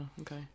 Okay